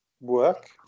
work